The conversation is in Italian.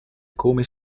come